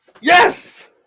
Yes